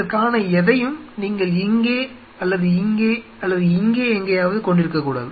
இதற்கான எதையும் நீங்கள் இங்கே அல்லது இங்கே அல்லது இங்கே எங்காவது கொண்டிருக்கக் கூடாது